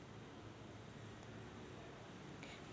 मले माया मोबाईलनं बिमा भरता येईन का?